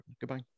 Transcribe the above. Goodbye